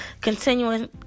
continuing